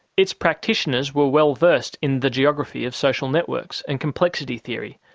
its practitioners were well versed in the geography of social networks and complexity theory,